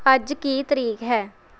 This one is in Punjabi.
ਅੱਜ ਕੀ ਤਰੀਕ ਹੈ